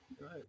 right